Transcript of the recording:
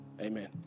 amen